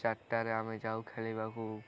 ଚାରିଟାରେ ଆମେ ଯାଉ ଖେଲିବାକୁ